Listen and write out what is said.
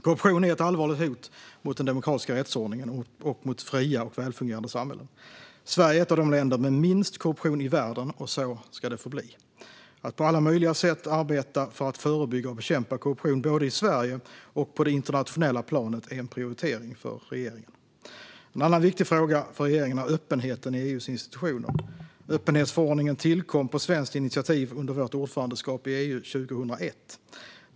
Korruption är ett allvarligt hot mot den demokratiska rättsordningen och mot fria och välfungerande samhällen. Sverige är ett av de länder med minst korruption i världen, och så ska det förbli. Att på alla möjliga sätt arbeta för att förebygga och bekämpa korruption, både i Sverige och på det internationella planet, är en prioritering för regeringen. En annan viktig fråga för regeringen är öppenheten i EU:s institutioner. Öppenhetsförordningen tillkom på svenskt initiativ under vårt ordförandeskap i EU 2001.